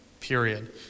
period